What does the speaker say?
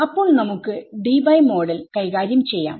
അപ്പോൾ നമുക്ക് ഡിബൈ മോഡൽകൈകാര്യം ചെയ്യാം